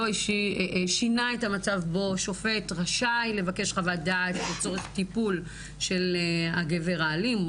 שינה את המצב שבו שופט ראשי לבקש חוות דעת לצורך טיפול בגבר האלים,